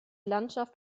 landschaft